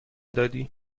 دادی